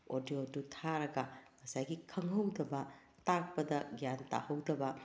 ꯑꯣꯗꯤꯌꯣꯗꯨ ꯊꯥꯔꯒ ꯉꯁꯥꯏꯒꯤ ꯈꯪꯍꯧꯗꯕ ꯇꯥꯛꯄꯗ ꯒ꯭ꯌꯥꯟ ꯇꯥꯍꯧꯗꯕ